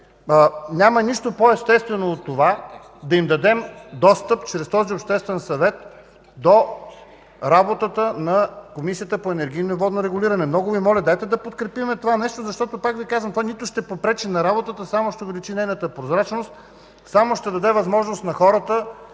няма нищо по-естествено от това да им дадем достъп чрез този Обществен съвет до работата на Комисията по енергийно и водно регулиране. Много Ви моля, дайте да подкрепим това нещо, защото, пак Ви казвам, то нито ще попречи на работата, а само ще увеличи нейната прозрачност, само ще даде възможност на хората